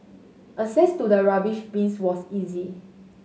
access to the rubbish bins was easy